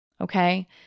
okay